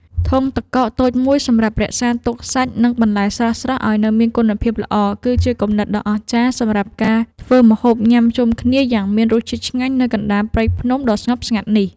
ធុងទឹកកកតូចមួយសម្រាប់រក្សាទុកសាច់ និង បន្លែស្រស់ៗឱ្យនៅមានគុណភាពល្អគឺជាគំនិតដ៏អស្ចារ្យសម្រាប់ការធ្វើម្ហូបញ៉ាំជុំគ្នាយ៉ាងមានរសជាតិឆ្ងាញ់នៅកណ្ដាលព្រៃភ្នំដ៏ស្ងប់ស្ងាត់នេះ។